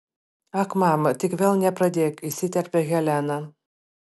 ak mama tik vėl nepradėk įsiterpia helena